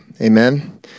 Amen